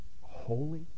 holy